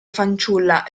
fanciulla